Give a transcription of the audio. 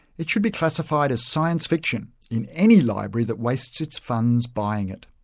it should be classified as science fiction in any library that wastes its funds buying it.